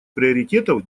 приоритетов